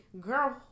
girl